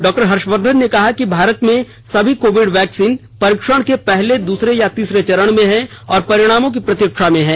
doctor Harshvardhan ने कहा कि भारत में सभी कोविड वैक्सीन परीक्षण के पहले दूसरे या तीसरे चरण में हैं और परिणामों की प्रतीक्षा है